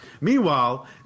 Meanwhile